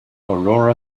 aurora